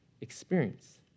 experience